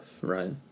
right